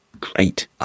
Great